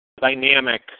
dynamic